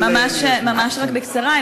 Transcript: ממש רק בקצרה.